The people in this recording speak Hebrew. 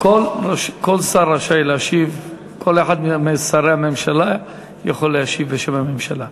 כל שר רשאי להשיב כל אחד משרי הממשלה יכול להשיב בשם הממשלה.